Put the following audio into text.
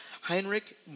Heinrich